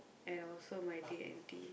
and also my D-and-T